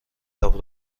تاپ